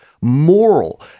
moral